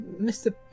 Mr